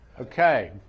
Okay